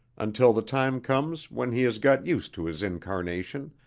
until the time comes when he has got used to his incarnation,